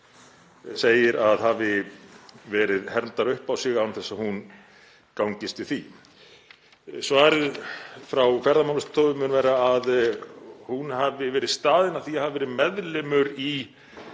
og segir að hafi verið hermdar upp á sig án þess að hún gangist við þeim. Svarið frá Ferðamálastofu mun vera að hún hafi verið staðin að því að hafa verið meðlimur í